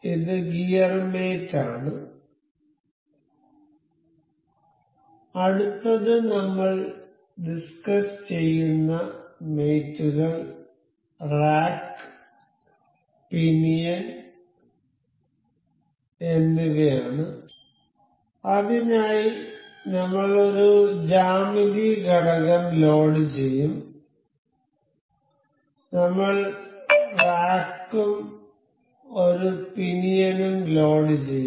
ഇത് gear mate ആണ് അടുത്തത് നമ്മൾ ഡിസ്കസ് ചെയ്യുന്ന മേറ്റ് കൾ റാക്ക് പിനിയൻ എന്നിവയാണ് അതിനായി നമ്മൾ ഒരു ജ്യാമിതി ഘടകം ലോഡുചെയ്യും നമ്മൾ റാക്കും ഒരു പിനിയനും ലോഡ് ചെയ്യും